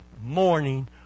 morning